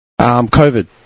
COVID